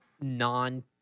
non